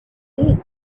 rim